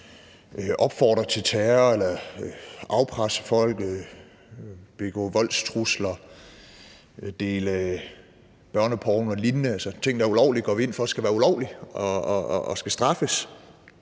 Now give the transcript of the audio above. opfordre til terror, afpresse folk, komme med voldstrusler, dele børneporno og lignende. Altså, ting, der er ulovlige, går vi ind for skal være ulovlige og skal straffes.